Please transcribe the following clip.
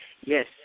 Yes